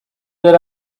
that